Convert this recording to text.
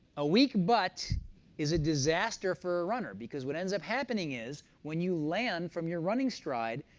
a weak butt is a disaster for a runner, because what ends up happening is when you land from your running stride,